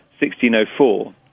1604